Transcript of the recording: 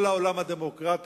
כל העולם הדמוקרטי,